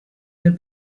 der